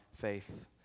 faith